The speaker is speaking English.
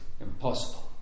impossible